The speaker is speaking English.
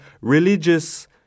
religious